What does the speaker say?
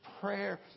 prayer